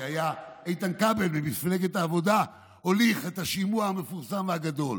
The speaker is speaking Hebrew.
כשאיתן כבל ממפלגת העבודה הוליך את השינוע המפורסם והגדול,